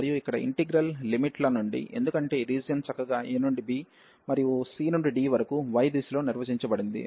మరియు ఇక్కడ ఇంటిగ్రల్ లిమిట్ల నుండి ఎందుకంటే ఈ రీజియన్ చక్కగా a నుండి b మరియు c నుండి d వరకు y దిశలో నిర్వచించబడింది